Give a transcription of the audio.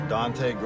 Dante